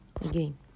Again